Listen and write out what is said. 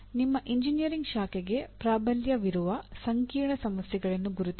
ನಿಮ್ಮ ಎಂಜಿನಿಯರಿಂಗ್ ಶಾಖೆಗೆ ಪ್ರಾಬಲ್ಯವಿರುವ ಸಂಕೀರ್ಣ ಸಮಸ್ಯೆಗಳನ್ನು ಗುರುತಿಸಿ